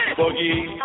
Boogie